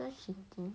so shitty